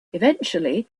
eventually